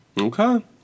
Okay